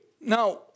now